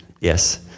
Yes